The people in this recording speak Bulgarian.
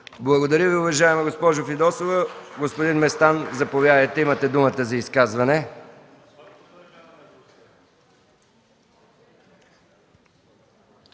Благодаря Ви, уважаема госпожо Фидосова. Господин Местан, заповядайте. Имате думата за изказване.